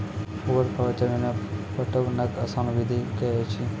ऊवर खाबड़ जमीन मे पटवनक आसान विधि की ऐछि?